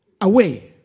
away